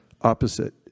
opposite